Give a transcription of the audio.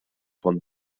von